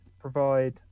provide